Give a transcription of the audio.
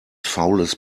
faules